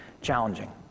challenging